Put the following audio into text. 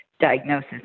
diagnosis